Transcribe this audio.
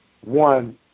one